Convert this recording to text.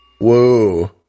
Whoa